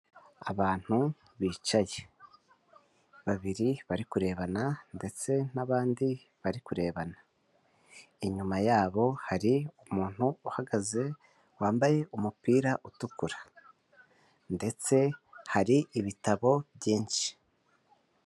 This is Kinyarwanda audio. Abantu bicaye. Babiri bari kurebana, ndetse n'abandi bari kurebana. Inyuma yabo hari umuntu uhagaze, wambaye umupira utukura. Ndetse hari ibitabo byinshi.